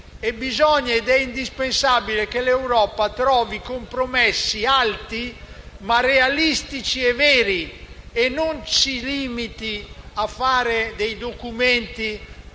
È indispensabile che l'Europa trovi compromessi alti, ma realistici e veri e non si limiti ad approvare documenti